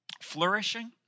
flourishing